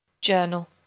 Journal